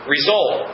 Result